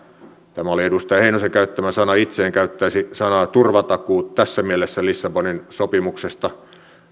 tämä oli edustaja heinosen käyttämä sana itse en käyttäisi sanaa turvatakuu tässä mielessä lissabonin sopimuksesta